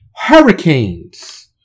hurricanes